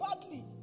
badly